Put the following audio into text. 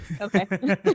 Okay